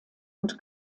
und